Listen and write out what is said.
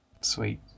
sweet